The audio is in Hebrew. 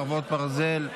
חרבות ברזל)